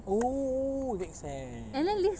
oo makes sense